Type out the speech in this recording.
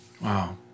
Wow